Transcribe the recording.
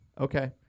Okay